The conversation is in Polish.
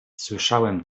słyszałem